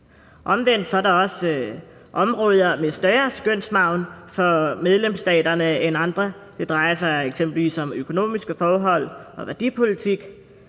Omvendt er der også områder med større skønsmargen for medlemsstaterne end andre. Det drejer sig eksempelvis om økonomiske forhold og værdipolitik.